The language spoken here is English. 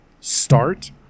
start